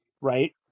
Right